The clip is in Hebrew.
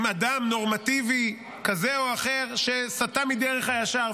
עם אדם נורמטיבי כזה או אחר שסטה מדרך הישר,